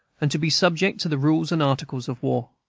and to be subject to the rules and articles of war.